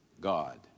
God